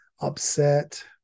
upset